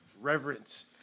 reverence